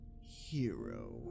hero